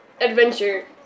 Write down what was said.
adventure